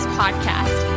podcast